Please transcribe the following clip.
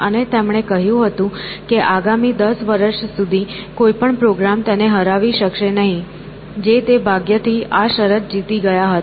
અને તેમણે કહ્યું હતું કે આગામી 10 વર્ષ સુધી કોઈ પણ પ્રોગ્રામ તેને હરાવી શકશે નહીં જે તે ભાગ્યથી આ શરતજીતી ગયા હતા